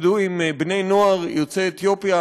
עבדו עם בני נוער יוצאי אתיופיה,